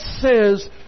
says